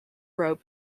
road